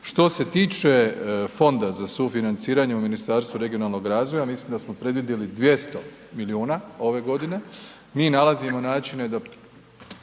Što se tiče fonda za sufinanciranje u Ministarstvu regionalnog razvoja, mislim da smo predvidjeli 200 milijuna ove godine. Mi nalazimo načine da